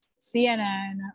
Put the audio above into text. CNN